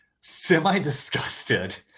semi-disgusted